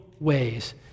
Ways